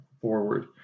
forward